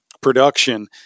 production